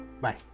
Bye